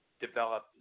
develop